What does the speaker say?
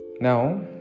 Now